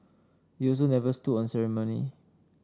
he also never stood on ceremony